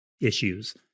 issues